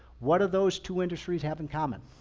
what are those two industries have in common?